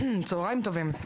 צהריים טובים.